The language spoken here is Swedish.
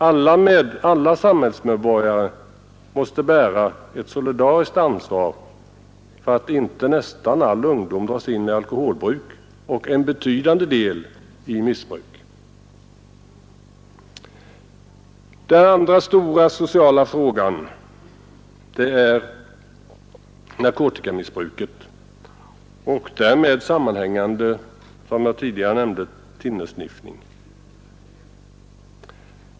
Alla samhällsmedborgare måste bära ett solidariskt ansvar för att inte ungdom dras in i alkoholbruk och en betydande del av dem i missbruk. Den andra sociala frågan är narkotikamissbruket och — som jag tidigare nämnde — därmed sammanhängande thinnersniffning.